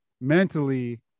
mentally